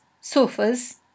sofas